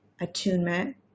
attunement